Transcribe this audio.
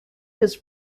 his